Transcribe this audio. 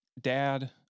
dad